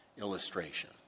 illustration